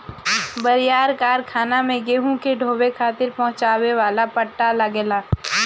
बड़ियार कारखाना में गेहूं के ढोवे खातिर पहुंचावे वाला पट्टा लगेला